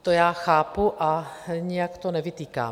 To já chápu a nijak to nevytýkám.